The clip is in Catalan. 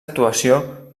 actuació